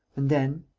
and then.